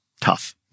tough